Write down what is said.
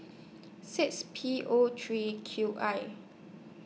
six P O three Q I